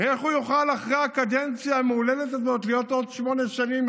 איך הוא יוכל אחרי הקדנציה המהוללת הזו להיות עוד שמונה שנים,